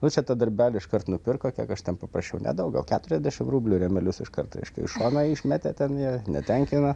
nu čia tą darbelį iškart nupirko kiek aš ten paprašiau nedaug gal keturiasdešimt rublių rėmelius iškart reiškia žmona išmetė ten jie netenkina